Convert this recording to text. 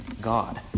God